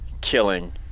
killing